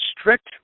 strict